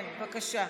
כן, בבקשה.